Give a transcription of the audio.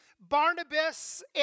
Barnabas